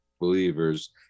believers